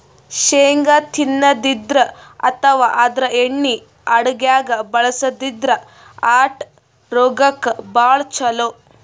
ಶೇಂಗಾ ತಿನ್ನದ್ರಿನ್ದ ಅಥವಾ ಆದ್ರ ಎಣ್ಣಿ ಅಡಗ್ಯಾಗ್ ಬಳಸದ್ರಿನ್ದ ಹಾರ್ಟ್ ರೋಗಕ್ಕ್ ಭಾಳ್ ಛಲೋ